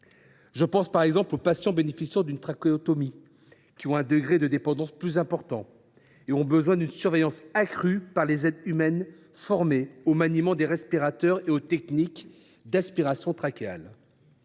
Je pense par exemple aux patients bénéficiant d’une trachéotomie, qui ont un degré de dépendance plus important et ont besoin d’une surveillance accrue par des aides humaines formées au maniement des respirateurs et aux techniques d’aspiration trachéale.